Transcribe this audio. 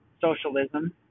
Socialism